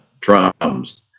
drums